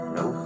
no